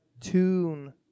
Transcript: tune